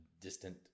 distant